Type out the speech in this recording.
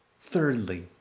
thirdly